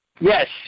Yes